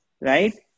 right